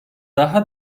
daha